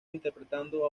interpretando